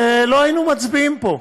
ולא היינו מצביעים פה.